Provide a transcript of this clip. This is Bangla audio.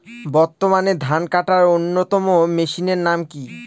বর্তমানে ধান কাটার অন্যতম মেশিনের নাম কি?